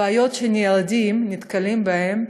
הבעיות שילדים נתקלים בהן,